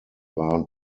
waren